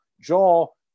Joel